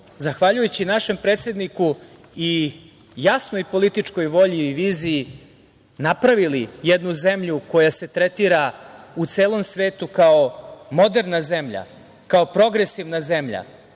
zahvaljujući našem predsedniku i jasnoj političkoj volji i viziji, napravili jednu zemlju koja se tretira u celom svetu kao moderna zemlja, kao progresivna zemlja,